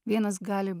vienas gali